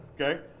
okay